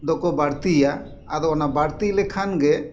ᱫᱚᱠᱚ ᱵᱟᱹᱲᱛᱤᱭᱟ ᱟᱫᱚ ᱚᱱᱟ ᱵᱟᱹᱲᱛᱤ ᱞᱮᱠᱷᱟᱱ ᱜᱮ